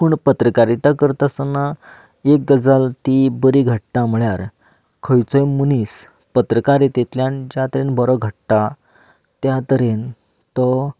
पूण पत्रकारीता करतास्तना एक गजाल ती बरी घडटा म्हणल्यार खंयचोय मनीस पत्रकारीतेंतल्यान ज्या तरेन बरो घडटा त्या तरेन तो